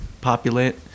populate